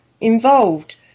involved